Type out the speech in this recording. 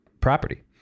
property